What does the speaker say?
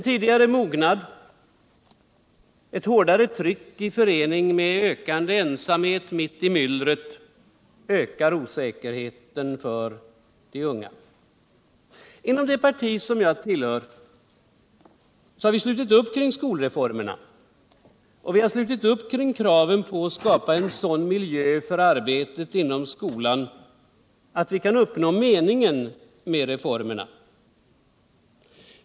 Tidigare mognad, hårdare tryck i förening med en ökande ensamhet mitt i myllret ökar osäkerheten för de unga. Inom det parti jag ullhör har vi slutit upp kring skolreformerna och kring kraven på alt skapa en sådan miljö för arbetet inom skolan att syftet med reformerna kan uppnås.